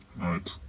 right